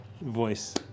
voice